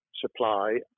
supply